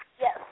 Yes